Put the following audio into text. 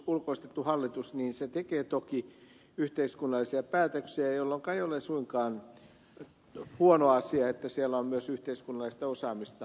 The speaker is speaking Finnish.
ulkoistettu hallitus tekee toki yhteiskunnallisia päätöksiä jolloinka ei ole suinkaan huono asia että siellä on myös yhteiskunnallista osaamista mukana